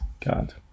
God